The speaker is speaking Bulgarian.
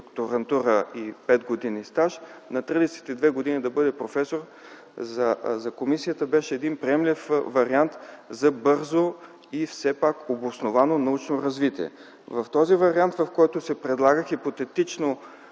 докторантура и пет години стаж на 32 години да бъде професор - за комисията беше един приемлив вариант за бързо и все пак обосновано научно развитие. Този вариант, в който се предлага хипотетично